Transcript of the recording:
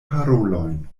parolojn